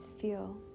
feel